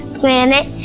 planet